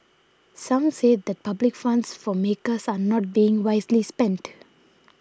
some said that public funds for makers are not being wisely spent